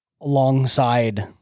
alongside